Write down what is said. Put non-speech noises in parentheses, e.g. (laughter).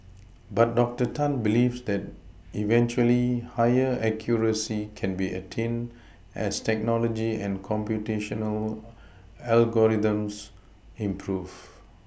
but doctor Tan believes that eventually higher accuracy can be attained as technology and computational (hesitation) algorithms improve